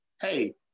Hey